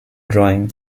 drawing